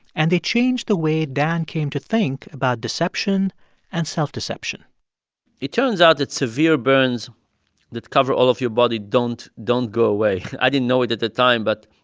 and they changed the way dan came to think about deception and self-deception it turns out that severe burns that cover all of your body don't don't go away. i didn't know it at that time, but,